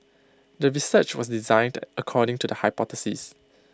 the research was designed according to the hypothesis